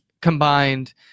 combined